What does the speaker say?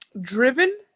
driven